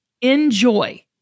Enjoy